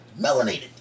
melanated